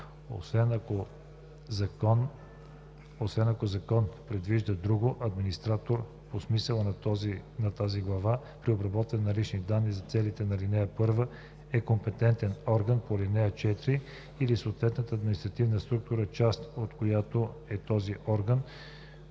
Освен ако закон предвижда друго, администратор по смисъла на тази глава при обработването на лични данни за целите по ал. 1 е компетентен орган по ал. 4 или съответната административна структура, част от която е този орган,